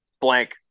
blank